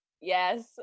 Yes